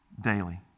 daily